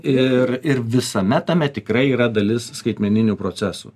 ir ir visame tame tikrai yra dalis skaitmeninių procesų